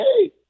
hey